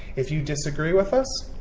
if you disagree with us,